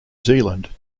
zealand